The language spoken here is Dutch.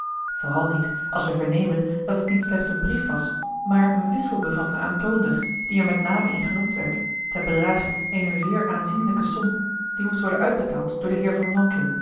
vooral niet als wij vernemen dat het niet slechts een brief was maar een wissel bevatte aan toonder die er met name in genoemd werd ten bedrage eener zeer aanzienlijke som die moest worden uitbetaald door den heere van lonchyn